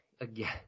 again